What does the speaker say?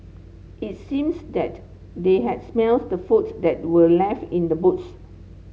it seems that they had smells the food that were left in the boots